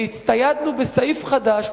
והצטיידנו בסעיף חדש,